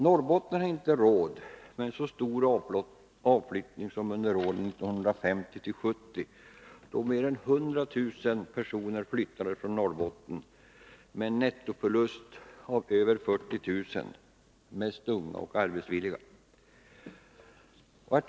Norrbotten har inte råd med en så stor avflyttning som under åren 1950-1970, då mer än 100 000 personer flyttade från Norrbotten, med en nettoförlust på över 40 000 — mest unga och arbetsvilliga.